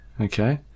Okay